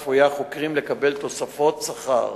צפויים חוקרים לקבל תוספות שכר.